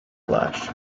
flash